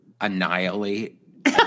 annihilate